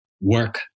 work